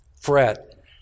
fret